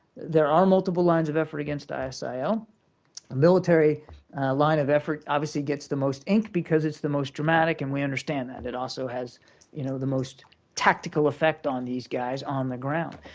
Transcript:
there are multiple lines of effort against isil. so the military line of effort obviously gets the most ink because it's the most dramatic and we understand that. it also has you know the most tactical effect on these guys on the ground,